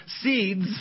seeds